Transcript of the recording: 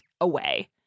away